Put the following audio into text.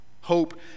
Hope